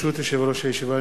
ברשות יושב-ראש הישיבה,